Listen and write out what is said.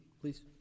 please